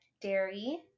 dairy